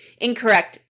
incorrect